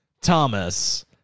Thomas